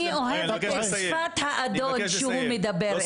אני אוהבת את שפת האדון כשהוא מדבר אלינו.